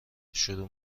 شروع